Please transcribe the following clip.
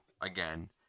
again